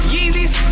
Yeezys